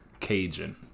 Cajun